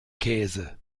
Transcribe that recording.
käse